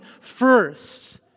first